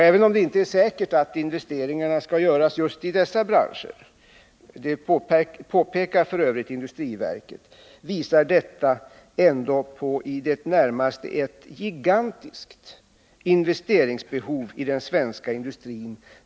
Även om man inte kan utgå från att investeringarna skall göras just i dessa branscher — det påpekar f. ö. industriverket — visar detta på ett i det närmaste gigantiskt investeringsbehov i den framtida svenska industrin.